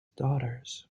daughters